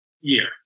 year